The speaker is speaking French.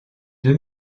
deux